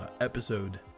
episode